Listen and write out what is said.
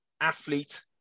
athlete